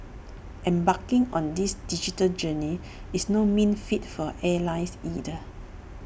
embarking on this digital journey is no mean feat for airlines either